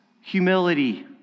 humility